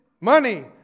money